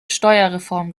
steuerreform